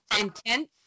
intense